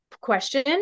question